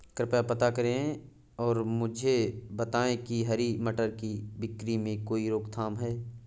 कृपया पता करें और मुझे बताएं कि क्या हरी मटर की बिक्री में कोई रोकथाम है?